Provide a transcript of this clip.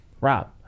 rob